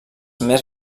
més